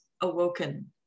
awoken